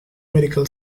medical